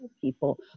people